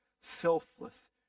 selfless